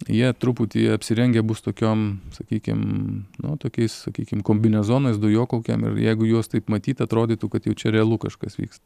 jie truputį apsirengę bus tokiom sakykim nu tokiais sakykim kombinezonais dujokaukėm ir jeigu juos taip matyt atrodytų kad jau čia realu kažkas vyks